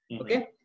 Okay